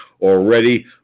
already